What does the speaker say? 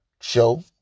show